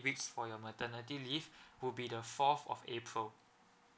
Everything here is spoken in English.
weeks for your maternity leave would be the fourth of april